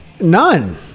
none